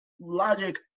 logic